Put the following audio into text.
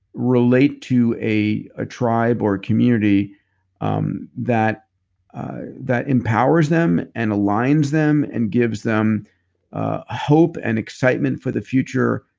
relate to a a tribe or a community um that that empowers them and aligns them and gives them ah hope and excitement for the future,